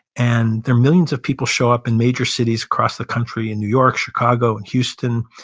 and there are millions of people show up in major cities across the country, in new york, chicago, in houston.